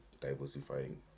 diversifying